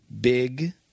Big